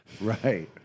Right